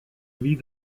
vie